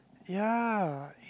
ya